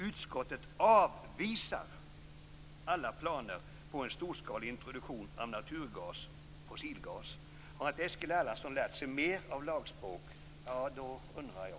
Utskottet avvisar alla planer på en storskalig introduktion av naturgas, fossilgas. Har inte Eskil Erlandsson lärt sig mer av lagspråk, då undrar jag.